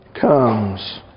comes